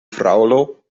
fraŭlo